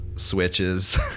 switches